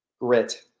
grit